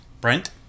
Brent